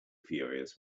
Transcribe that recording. furious